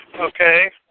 Okay